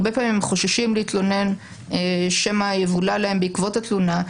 הרבה פעמים הם חוששים להתלונן שמא יבולע להם בעקבות התלונה.